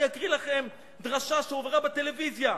אני אקריא לכם דרשה שהושמעה בטלוויזיה: